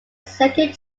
second